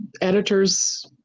editor's